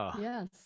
Yes